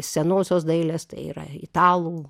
senosios dailės tai yra italų